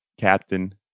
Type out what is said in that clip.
Captain